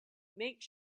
make